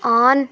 on